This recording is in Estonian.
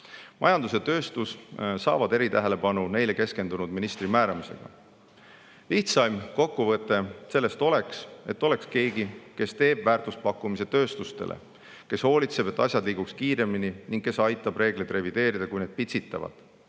Majandus ja tööstus saavad eritähelepanu neile keskendunud ministri [ametisse] määramisega. Lihtsaim kokkuvõte sellest oleks, et on keegi, kes teeb väärtuspakkumise tööstustele, kes hoolitseb, et asjad liiguks kiiremini, ning kes aitab revideerida reegleid, kui need pitsitavad.